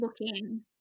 looking